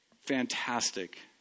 fantastic